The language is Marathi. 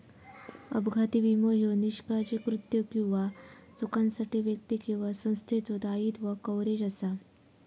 अपघाती विमो ह्यो निष्काळजी कृत्यो किंवा चुकांसाठी व्यक्ती किंवा संस्थेचो दायित्व कव्हरेज असा